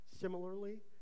Similarly